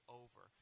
over